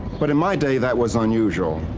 but in my day that was unusual.